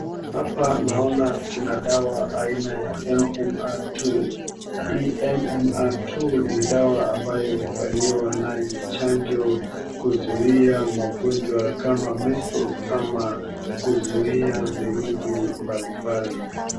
Hapa naona kuna dawa aina ya MMR II. Hii MMR II ni dawa ambayo hufanyiwa nayo chanjo kuzuia magonjwa kama measles ama kuzuia virusi mbalimbali.